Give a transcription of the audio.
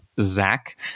Zach